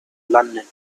london